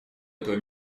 этого